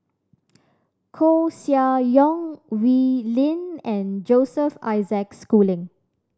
Koeh Sia Yong Wee Lin and Joseph Isaac Schooling